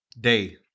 Day